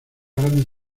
grandes